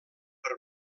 per